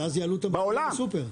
ואז יעלו את המחירים בסופר.